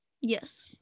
Yes